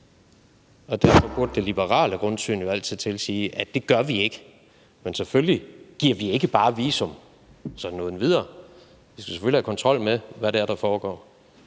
og derfor burde det liberale grundsyn jo altid tilsige, at det gør vi ikke. Men selvfølgelig giver vi ikke bare visum sådan uden videre. Vi skal selvfølgelig have kontrol med, hvad det er, der foregår.